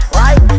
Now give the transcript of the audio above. right